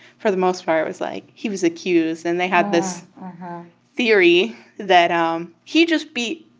for the most part, was like, he was accused. and they had this theory that um he just beat